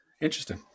Interesting